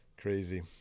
crazy